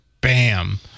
bam